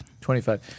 25